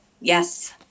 Yes